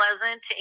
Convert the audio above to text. Pleasant